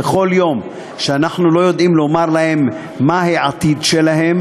וכל יום שאנחנו לא יודעים לומר להם מה יהיה העתיד שלהם